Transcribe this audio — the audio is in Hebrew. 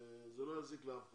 זה לא יזיק לאף אחד.